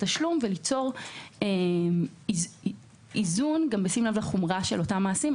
התשלום וליצור איזון גם בשים לב לחומרה של אותם מעשים.